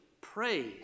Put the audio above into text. praise